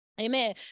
amen